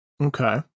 Okay